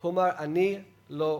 הוא אמר: אני לא מוחל.